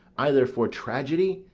either for tragedy,